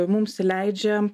mums leidžia